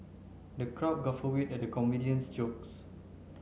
the crowd guffawed at the comedian's jokes